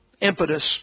impetus